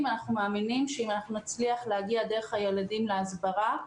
אנחנו מאמינים שאם נצליח להגיע דרך הילדים להסברה,